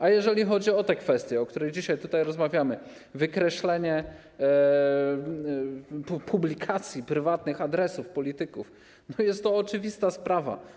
A jeżeli chodzi o te kwestie, o których dzisiaj rozmawiamy, wykreślenie publikacji prywatnych adresów, polityków, jest to oczywista sprawa.